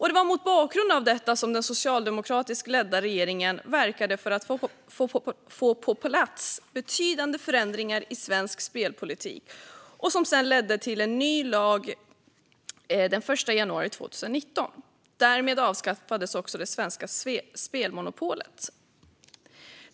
Det var mot bakgrund av detta som den socialdemokratiskt ledda regeringen verkade för att få på plats betydande förändringar i svensk spelpolitik, vilket sedan ledde till en ny lag den 1 januari 2019. Därmed avskaffades också det svenska spelmonopolet.